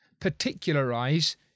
particularize